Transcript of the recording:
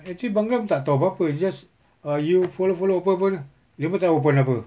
actually bangla pun tak tahu apa apa just err you follow follow apa apa lah dia pun tahu pun apa